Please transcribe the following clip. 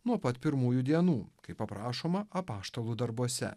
nuo pat pirmųjų dienų kaip aprašoma apaštalų darbuose